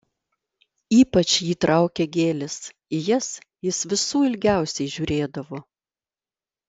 ypač jį traukė gėlės į jas jis visų ilgiausiai žiūrėdavo